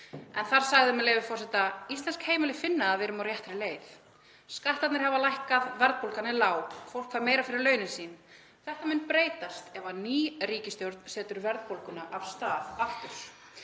Þar sagði, með leyfi forseta: „Íslensk heimili finna að við erum á réttri leið. Skattarnir hafa lækkað, verðbólgan er lág […] Fólk fær meira fyrir launin sín. Þetta mun breytast ef ný ríkisstjórn setur verðbólguna af stað aftur.